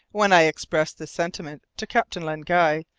when i expressed this sentiment to captain len guy,